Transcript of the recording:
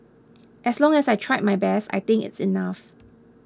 as long as I tried my best I think it is enough